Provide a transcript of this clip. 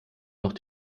noch